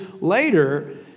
later